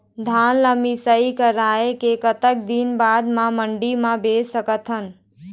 धान ला मिसाई कराए के कतक दिन बाद मा मंडी मा बेच सकथन?